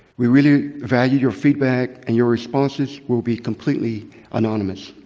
we really value your feedback, and your responses will be completely anonymous.